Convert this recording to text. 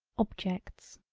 objects